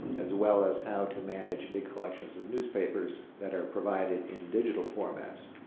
as well as, how to manage and big collections of newspapers that are provided in digital formats.